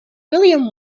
william